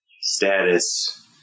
status